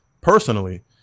personally